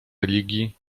religii